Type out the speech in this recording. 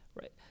right